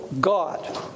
God